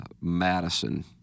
Madison